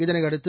இதனையடுத்து